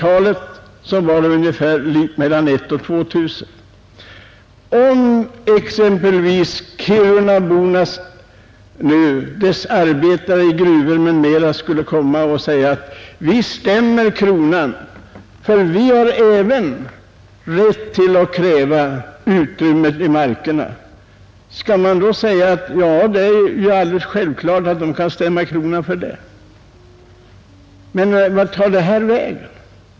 År 1880 bodde där mellan 1000 och 2 000 personer. Om exempelvis gruvarbetarna i Kiruna skulle säga: ”Vi stämmer kronan, ty vi har rätt att äga marken”, skall man då säga: ”Ja det är självklart att kronan kan stämmas för detta.” Vart tar detta vägen?